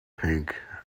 pink